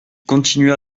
continua